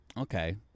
Okay